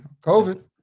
COVID